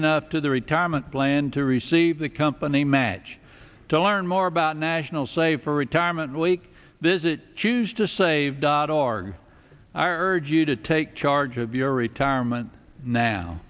enough to the retirement plan to receive the company match to learn more about national save for retirement week visit choose to save dot org argue to take charge of your retirement now